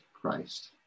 Christ